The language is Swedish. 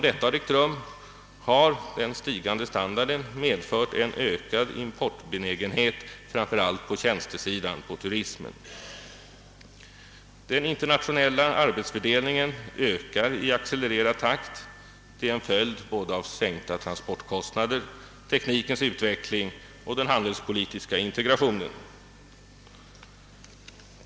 Samtidigt har den stigande standarden medfört en ökad importbenägenhet, framför allt på tjänstesidan bl.a. genom turismen. Den internationella arbetsfördelningen ökar i accelererande takt; det är en följd både av sänkta transportkostnader, av teknikens utveckling och av den handelspolitiska integrationen.